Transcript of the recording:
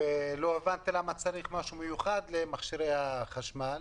לא הבנתי למה צריך משהו מיוחד למכשירי החשמל.